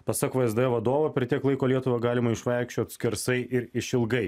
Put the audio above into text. pasak vsd vadovo per tiek laiko lietuvą galima išvaikščiot skersai ir išilgai